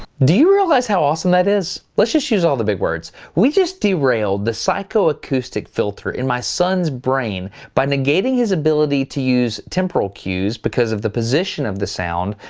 do you realize how awesome that is? let's just use all the big words. we just derailed the psycho-acoustic filter in my son's brain by negating his ability to use temporal cues because of the position of the sound,